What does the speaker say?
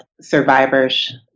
survivors